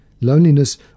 loneliness